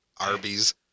Arby's